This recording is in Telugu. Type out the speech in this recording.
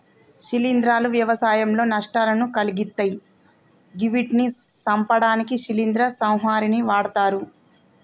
శిలీంద్రాలు వ్యవసాయంలో నష్టాలను కలిగిత్తయ్ గివ్విటిని సంపడానికి శిలీంద్ర సంహారిణిని వాడ్తరు